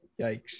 Yikes